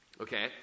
okay